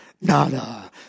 nada